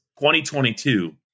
2022